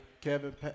Kevin